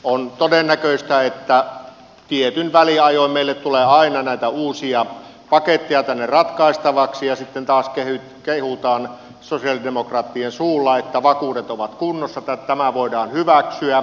on todennäköistä että tietyin väliajoin meille tulee aina näitä uusia paketteja tänne ratkaistavaksi ja sitten taas kehutaan sosialidemokraattien suulla että vakuudet ovat kunnossa tämä voidaan hyväksyä